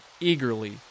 eagerly